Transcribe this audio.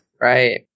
Right